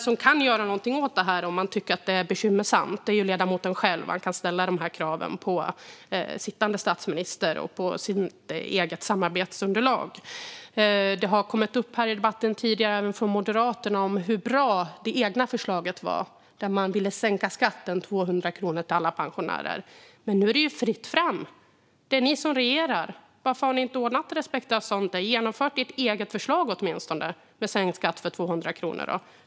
Om ledamoten tycker att det här är bekymmersamt kan han göra någonting åt det genom att ställa krav på sittande statsminister och på sitt eget samarbetsunderlag. Även från Moderaterna har det tidigare i debatten kommit upp hur bra det egna förslaget om att sänka skatten med 200 kronor för alla pensionärer var. Men nu är det ju fritt fram! Det är ni som regerar. Varför har ni inte ordnat respektavståndet och genomfört ert eget förslag åtminstone om sänkt skatt med 200 kronor?